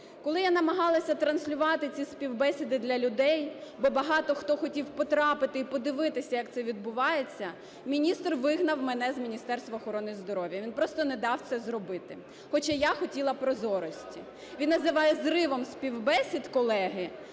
Коли я намагалася транслювати ці співбесіди для людей, бо багато хто хотів потрапити і подивитися, як це відбувається, міністр вигнав мене з Міністерства охорони здоров'я, він просто не дав це зробити, хоча я хотіла прозорості. Він називає зривом співбесід, колеги,